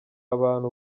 abantu